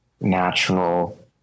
natural